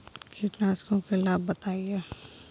कीटनाशकों के लाभ बताएँ?